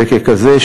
וככזה,